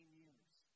years